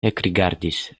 ekrigardis